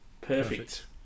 Perfect